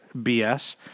BS